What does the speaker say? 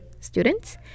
students